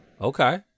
Okay